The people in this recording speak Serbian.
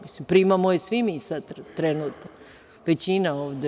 Mislim, primamo je svi mi sada trenutno, većina ovde.